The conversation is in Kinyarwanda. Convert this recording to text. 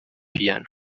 piano